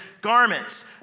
garments